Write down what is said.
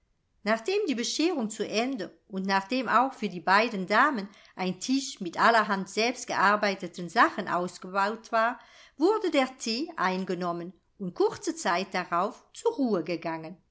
nachdem die bescherung zu ende und nachdem auch für die beiden damen ein tisch mit allerhand selbstgearbeiteten sachen ausgebaut war wurde der thee eingenommen und kurze zeit darauf zur ruhe gegangen